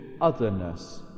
otherness